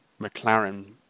McLaren